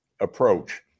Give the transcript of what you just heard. approach